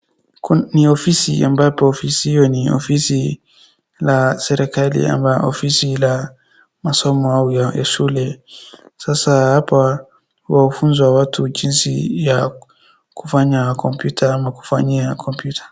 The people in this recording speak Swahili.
Ni ofisi ambapo ofisi hiyo ni ofisi la serikali, ambayo ofisi la masomo au ya shule. Sasa hapa hufunzwa watu jinsi ya kufanya kompyuta ama kufanyia kompyuta.